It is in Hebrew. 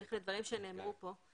בהמשך לדברים שנאמרו פה.